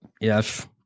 Yes